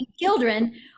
children